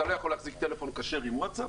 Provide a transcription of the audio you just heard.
אתה לא יכול להחזיק טלפון כשר עם וואטסאפ